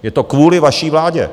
Je to kvůli vaší vládě!